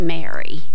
Mary